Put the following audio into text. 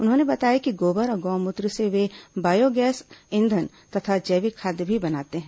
उन्होंने बताया कि गोबर और गौ मूत्र से वे बायो गैस ईंधन तथा जैविक खाद भी बनाते हैं